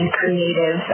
creative